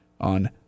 on